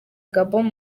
gabon